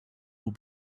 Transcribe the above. will